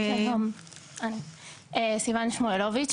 סיוון שמואלוביץ',